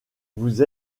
vous